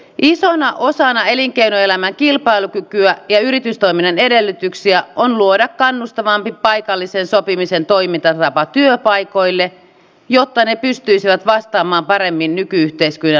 isona osana elinkeinoelämän kilpailukykyä ja yritystoiminnan edellytyksiä on luoda kannustavampi paikallisen sopimisen toimintatapa työpaikoille jotta ne pystyisivät vastaamaan paremmin nyky yhteiskunnan haasteisiin